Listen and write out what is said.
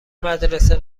مدرسه